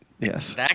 yes